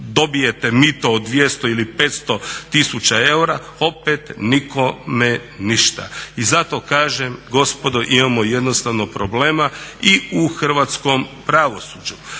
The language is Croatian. dobijete mito od 200 ili 500 tisuća eura opet nikome ništa. I zato kažem gospodo imamo jednostavno problema i u hrvatskom pravosuđu.